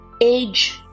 age